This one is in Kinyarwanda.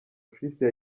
tricia